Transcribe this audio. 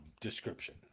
description